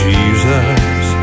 Jesus